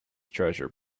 treasure